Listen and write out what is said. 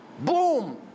Boom